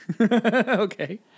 Okay